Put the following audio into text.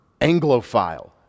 anglophile